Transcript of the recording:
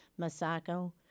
Masako